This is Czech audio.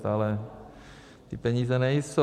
Stále ty peníze nejsou.